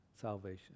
salvation